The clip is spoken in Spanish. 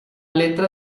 letra